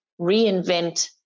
reinvent